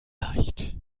leicht